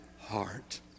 heart